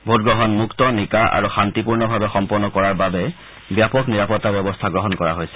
ভোটগ্ৰহণ মুক্ত নিকা আৰু শান্তিপূৰ্ণভাৱে সম্পন্ন কৰাৰ বাবে ব্যাপক নিৰাপত্তা ব্যৱস্থা গ্ৰহণ কৰা হৈছে